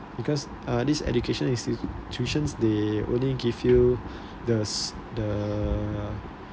because uh this education institutions they only give you the s~ the the